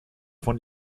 von